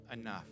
enough